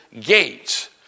gates